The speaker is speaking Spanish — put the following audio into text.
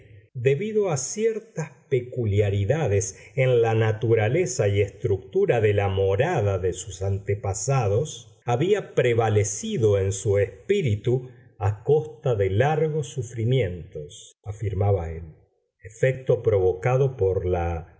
debido a ciertas peculiaridades en la naturaleza y estructura de la morada de sus antepasados había prevalecido en su espíritu a costa de largos sufrimientos afirmaba él efecto provocado por la